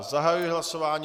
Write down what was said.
Zahajuji hlasování.